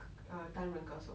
err 当人歌手